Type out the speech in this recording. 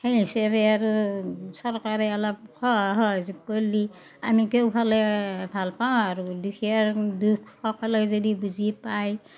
সেই হিচাবে আৰু চৰকাৰে অলপ সহায় সহযোগ কল্লি আমি কেউফালে ভাল পাওঁ আৰু দুখীয়াৰ দুখ সকলোই যদি বুজি পায়